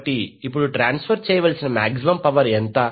కాబట్టి ఇప్పుడు ట్రాన్స్ఫర్ చేయవలసిన మాక్సిమం పవర్ ఎంత